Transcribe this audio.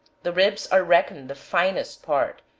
the ribs are reckoned the finest part,